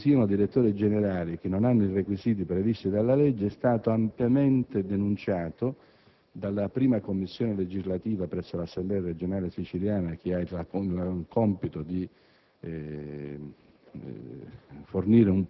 Il fatto che vi siano direttori generali che non hanno i requisiti previsti dalla legge è stato ampiamente denunciato dalla prima Commissione legislativa presso l'Assemblea regionale siciliana che ha il compito di